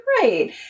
right